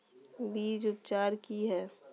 बीज उपचार कि हैय?